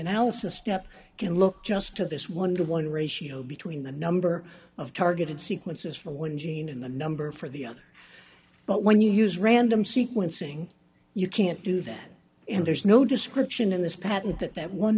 a step can look just to this one to one ratio between the number of targeted sequences for one gene and the number for the other but when you use random sequencing you can't do that and there's no description in this patent that that one